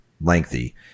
lengthy